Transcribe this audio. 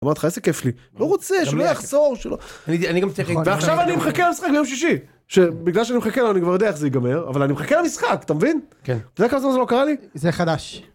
אמרתי לך איזה כיף לי, לא רוצה, שלא יחזור, שלא... ועכשיו אני מחכה למשחק ביום שישי, שבגלל שאני מחכה, אני כבר יודע איך זה ייגמר, אבל אני מחכה למשחק, אתה מבין? כן. אתה יודע כמה זמן זה לא קרה לי? זה חדש.